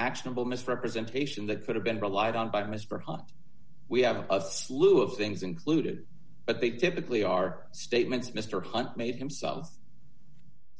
actionable misrepresentation that could have been relied on by mr hunt we have a slew of things included but they did the plea are statements mr hunt made himself